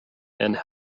and